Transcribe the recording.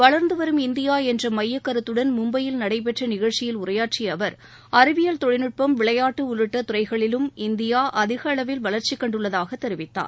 வளர்ந்து வரும் இந்தியா என்ற மையக்கருத்தடன் மும்பையில் நடைபெற்ற நிகழ்ச்சியில் உரையாற்றிய அவர் அறிவியல் தொழில்நுட்பம் விளையாட்டு உள்ளிட்ட துறைகளிலும் இந்தியா அதிகளவில் வளர்ச்சிக் கண்டுள்ளதாக தெரிவித்தார்